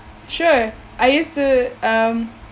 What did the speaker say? sure I used to um